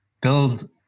build